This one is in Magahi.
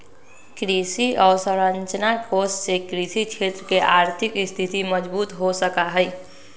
कृषि अवसरंचना कोष से कृषि क्षेत्र के आर्थिक स्थिति मजबूत हो सका हई